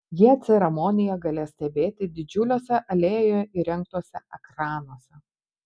jie ceremoniją galės stebėti didžiuliuose alėjoje įrengtuose ekranuose